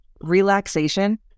relaxation